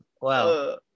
Wow